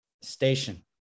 Station